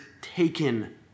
taken